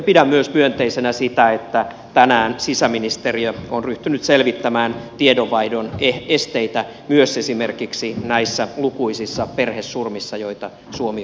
pidän myös myönteisenä sitä että tänään sisäministeriö on ryhtynyt selvittämään tiedonvaihdon esteitä myös esimerkiksi näissä lukuisissa perhesurmissa joita suomi on kohdannut